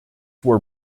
were